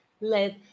let